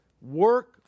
Work